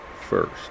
first